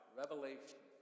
revelation